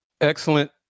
Excellent